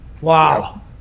Wow